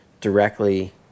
directly